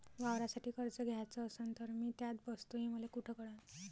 वावरासाठी कर्ज घ्याचं असन तर मी त्यात बसतो हे मले कुठ कळन?